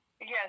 Yes